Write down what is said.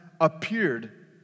appeared